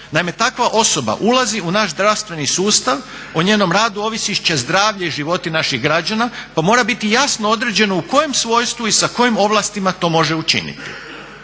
Naime, takva osoba ulazi u naš zdravstveni sustav, o njenom radu ovisit će zdravlje i životi naših građana pa mora biti jasno određeno u kojem svojstvu i sa kojim ovlastima to može učiniti.